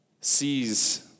sees